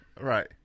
Right